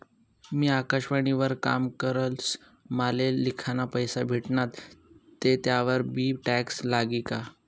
मी आकाशवाणी वर काम करस माले लिखाना पैसा भेटनात ते त्यावर बी टॅक्स लागी का?